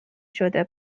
شده